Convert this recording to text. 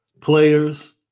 players